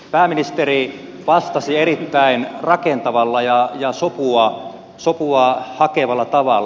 pääministeri vastasi erittäin rakentavalla ja sopua hakevalla tavalla